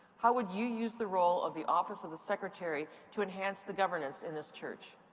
how would you use the role of the office of the secretary to enhance the governance in this church?